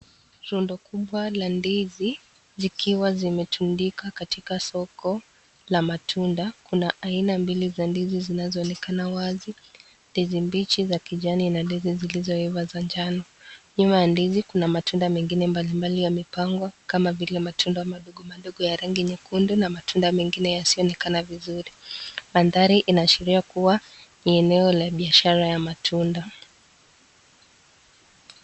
Rondo kubwa la ndizi zikiwa zimetundika katika soko la matunda. Kuna mbili za ndizi zinazoonekana wazi, ndizi mbichi za kijani na ndizi zilizoiva za jana. Nyuma ya ndizi kuna matunda mengine mbalimbali yamepangwa kama vile; matunda madogomadogo ya rangi nyekundu na matunda mengine yasiyoonekana vizuri. Mandhari inaashiria kuwa ni eneo la biashara ya matunda.